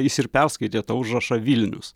jis ir perskaitė tą užrašą vilnius